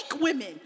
women